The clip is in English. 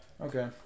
Okay